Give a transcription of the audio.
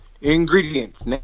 Ingredients